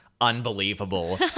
unbelievable